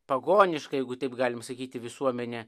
pagoniška jeigu taip galim sakyti visuomenė